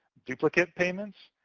duplicate payments,